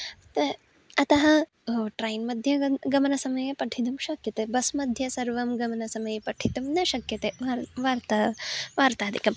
अतः ट्रैन् मध्ये गन्तुं गमनसमये पठितुं शक्यते बस् मध्ये सर्वं गमनसमये पठितुं न शक्यते वर् वार्ता वार्तादिकं